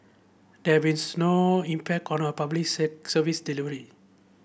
they have been snow impact corn our public set service delivery